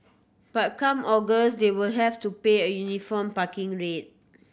but come August they will all have to pay a uniform parking rate